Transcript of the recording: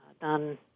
done